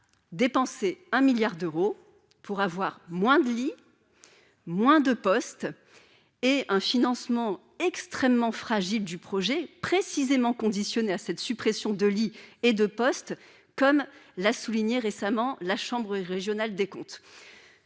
dépenser un milliard d'euros pour avoir moins de lits, moins de postes et un financement extrêmement fragile du projet précisément conditionnée à cette suppression de lits et de comme l'a souligné récemment, la chambre régionale des comptes,